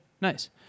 Nice